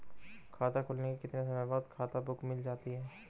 खाता खुलने के कितने समय बाद खाता बुक मिल जाती है?